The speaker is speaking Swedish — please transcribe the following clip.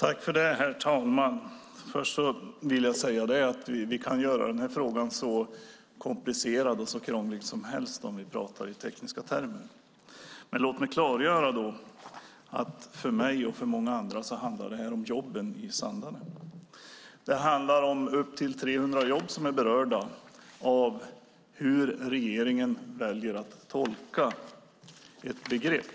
Herr talman! Först vill jag säga att vi kan göra den här frågan hur komplicerad och krånglig som helst om vi pratar i tekniska termer. Men låt mig då klargöra att det för mig och för många andra handlar om jobben i Sandarne. Det handlar om upp till 300 jobb som är berörda av hur regeringen väljer att tolka ett begrepp.